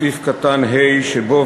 בסעיף קטן (ה) שבו,